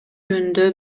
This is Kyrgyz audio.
жөнүндө